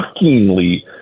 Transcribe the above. shockingly